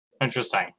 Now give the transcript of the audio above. Interesting